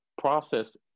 process